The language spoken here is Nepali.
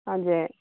हजुर